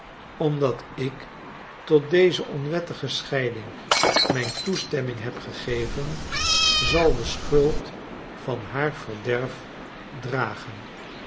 omdat ik tot deze onwettige scheiding mijn toestemming heb gegeven zal de schuld van haar verderf dragen